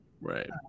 right